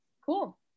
Cool